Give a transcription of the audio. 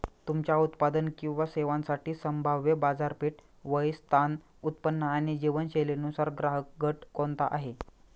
तुमच्या उत्पादन किंवा सेवांसाठी संभाव्य बाजारपेठ, वय, स्थान, उत्पन्न आणि जीवनशैलीनुसार ग्राहकगट कोणता आहे?